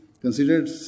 considered